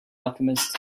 alchemist